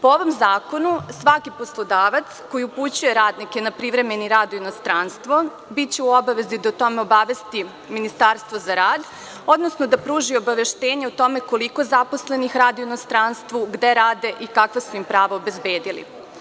Po ovom zakonu svaki poslodavac koji upućuje radnike na privremeni rad u inostranstvo, biće u obavezi da o tome obavesti Ministarstvo za rad, odnosno da pruži obaveštenje o tome koliko zaposlenih radi u inostranstvu, gde rade i kakva su im prava obezbedili.